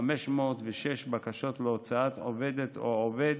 כ-15,506 בקשות להוצאת עובדת או עובד